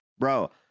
Bro